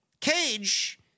Cage